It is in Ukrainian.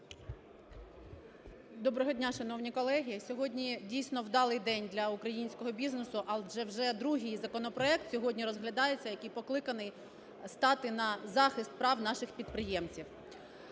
Доброго дня, шановні колеги. Сьогодні, дійсно, вдалий день для українського бізнесу, але вже другий законопроект сьогодні розглядається, який покликаний стати на захист прав наших підприємців.